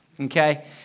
Okay